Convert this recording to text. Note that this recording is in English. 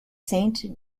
saint